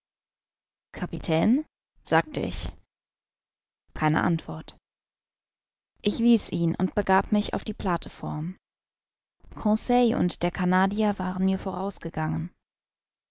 kapitän sagte ich keine antwort ich ließ ihn und begab mich auf die plateform conseil und der canadier waren mir vorausgegangen